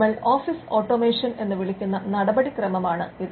നമ്മൾ office automation എന്ന് വിളിക്കുന്ന നടപടിക്രമമാണത്